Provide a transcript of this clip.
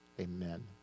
Amen